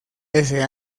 ese